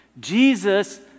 Jesus